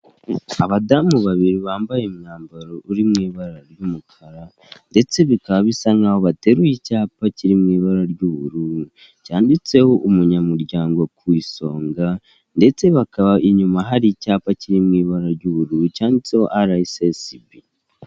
Abadamu babiri bambaye umwambaro uri mu ibara ry'umukara ndetse bikaba bisa n'aho bateruye icyapa kiri mu ibara ry'ubururu cyanditseho umunyamuryango ku isonga ndetse bakaba inyuma hari icyapa kiri mu ibara ry'ubururu cyanditseho ara esesibi.